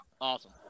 Awesome